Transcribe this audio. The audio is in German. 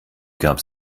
gab